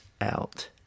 out